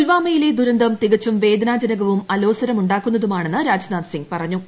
പുൽവാമയിലെ ദുരന്തം തികച്ചും വേദനാജനകവും അലോസരമുണ്ടാക്കുന്നതുമാണെന്ന് രാജ്നാഥ് സിംഗ് പറഞ്ഞു